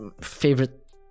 favorite